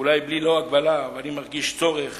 אולי בלי הגבלה, אבל אני מרגיש צורך